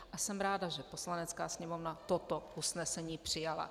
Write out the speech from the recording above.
A jsem ráda, že Poslanecká sněmovna toto usnesení přijala.